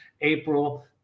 April